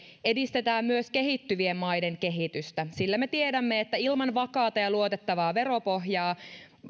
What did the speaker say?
edistetään kehittyvien maiden kehitystä sillä me tiedämme että ilman vakaata ja luotettavaa veropohjaa